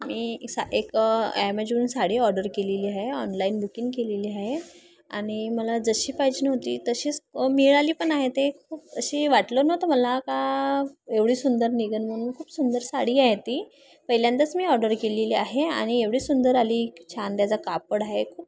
मी सा एक Amazon sari order केलेली आहे ऑनलाईन बुकिंग केलेली आहे आणि मला जशी पाहिजेन होती तशीच मिळाली पण आहे ते खूप अशी वाटलं नव्हतं मला का एवढी सुंदर निघेल म्हणून खूप सुंदर साडी आहे ती पहिल्यांदाच मी ऑर्डर केलेली आहे आणि एवढी सुंदर आली छान त्याचा कापड आहे